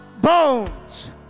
bones